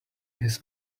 his